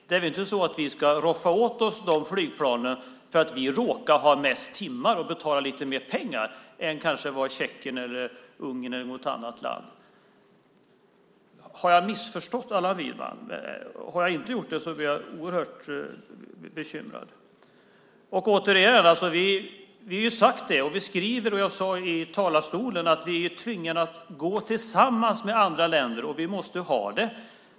Vi ska väl inte roffa åt oss flygplanen för att vi råkar ha flest timmar och betalar lite mer än Tjeckien, Ungern eller något annat land. Har jag missförstått Allan Widman? Om jag inte har gjort det blir jag oerhört bekymrad. Vi har sagt, vi skriver och jag sade i talarstolen att vi måste gå tillsammans med andra länder och vi måste ha detta.